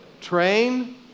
train